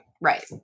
right